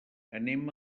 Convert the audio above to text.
anem